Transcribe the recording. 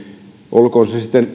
olkoon se se sitten